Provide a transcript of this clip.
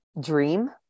dream